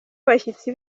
abashyitsi